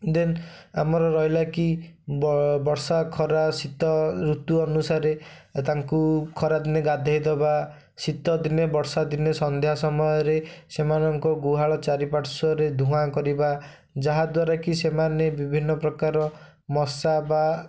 ଦେନ୍ ଆମର ରହିଲା ବର୍ଷା ଖରା ଶୀତ ଋତୁ ଅନୁସାରେ ଏ ତାଙ୍କୁ ଖରାଦିନେ ଗାଧେଇଦେବା ଶୀତଦିନେ ବର୍ଷାଦିନେ ସନ୍ଧ୍ୟା ସମୟରେ ସେମାନଙ୍କ ଗୁହାଳ ଚାରିପାର୍ଶ୍ଵରେ ଧୂଆଁକରିବା ଯାହାଦ୍ୱାରା କି ସେମାନେ ବିଭିନ୍ନପ୍ରକାର ମଶା ବା